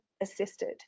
assisted